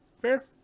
Fair